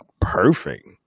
perfect